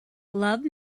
love